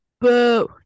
boo